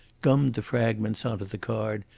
gummed the fragments on to the card,